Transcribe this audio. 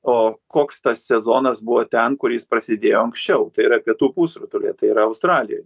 o koks tas sezonas buvo ten kur jis prasidėjo anksčiau tai yra pietų pusrutulyje tai yra australijoj